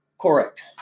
correct